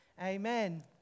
Amen